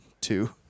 Two